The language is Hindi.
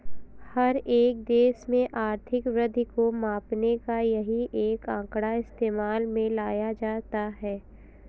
हर एक देश में आर्थिक वृद्धि को मापने का यही एक आंकड़ा इस्तेमाल में लाया जाता है